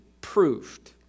proved